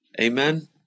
Amen